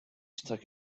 stuck